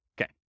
Okay